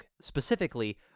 specifically